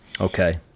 Okay